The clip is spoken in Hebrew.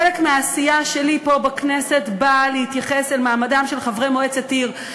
חלק מהעשייה שלי פה בכנסת באה להתייחס למעמדם של חברי מועצת עיר.